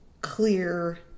clear